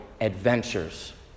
adventures